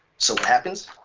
so what happens?